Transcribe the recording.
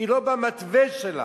היא לא במתווה שלה,